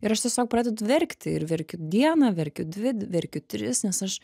ir aš tiesiog pradedu verkti ir verkiu dieną verkiu dvi verkiu tris nes aš